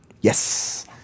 Yes